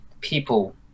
people